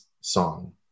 song